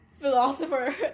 philosopher